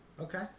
Okay